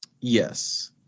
Yes